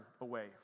away